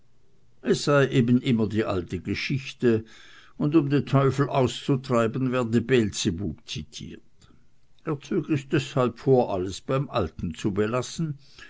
es sei eben immer die alte geschichte und um den teufel auszutreiben werde beelzebub zitiert er zög es deshalb vor alles beim alten zu belassen